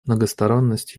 многосторонность